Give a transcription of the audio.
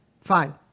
fine